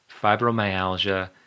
fibromyalgia